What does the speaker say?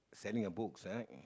selling a books ah